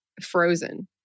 frozen